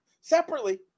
Separately